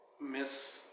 miss